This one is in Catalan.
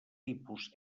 tipus